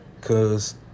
Cause